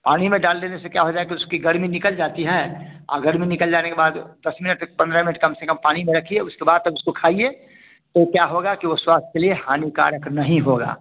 पानी में डाल देने से क्या हो जाए कि उसकी गर्मी निकल जाती है आ गर्मी निकल जाने के बाद दस मिनट पंद्रह मिनट कम से कम पानी में रखिए उसके बाद तब उसको खाइए तो क्या होगा कि वह स्वास्थ्य के लिए हानिकारक नहीं होगा